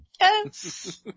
Yes